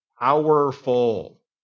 powerful